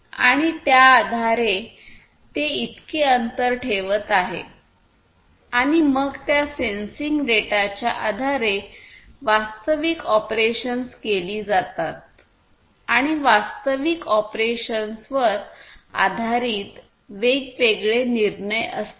आणि त्या आधारे ते इतके अंतर ठेवत आहे आणि मग त्या सेन्सिंग डेटाच्या आधारे वास्तविक ऑपरेशन्स केली जातात आणि वास्तविक ऑपरेशन्सवर आधारित वेगवेगळे निर्णय असतात